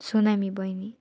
tsunami बहिनी